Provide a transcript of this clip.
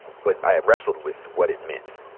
but i have wrestled with what it meant.